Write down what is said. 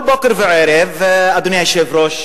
כל בוקר וערב, אדוני היושב-ראש,